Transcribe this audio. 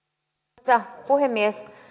arvoisa puhemies